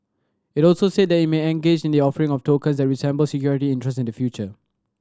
it also said that it may engage in the offering of tokens that resemble security interest in the future